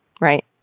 right